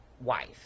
wife